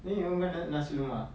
then isn't that nasi lemak